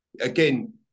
again